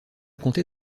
compter